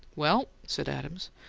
well, said adams,